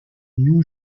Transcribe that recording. new